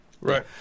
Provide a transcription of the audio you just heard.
Right